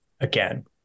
again